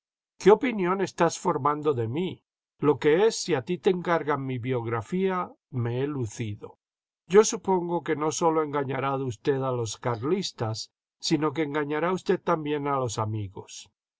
iqué opinión estás formando de mí lo que es si a ti te encargaran mi biografía jme he lucido yo supongo que no sólo engañará usted a los carlistas sino que engañará usted también a los amigos